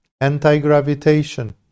anti-gravitation